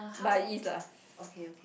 but it is lah